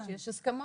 שיש הסכמה.